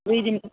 दुई दिन